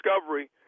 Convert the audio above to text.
discovery